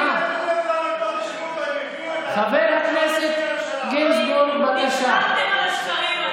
איפה חבר הכנסת סעיד אלחרומי?